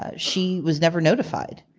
ah she was never notified.